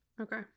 okay